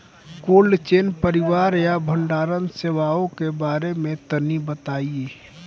Cold chain परिवहन या भंडारण सेवाओं के बारे में तनी बताई?